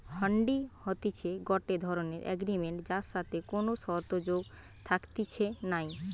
হুন্ডি হতিছে গটে ধরণের এগ্রিমেন্ট যার সাথে কোনো শর্ত যোগ থাকতিছে নাই